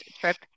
trip